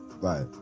Right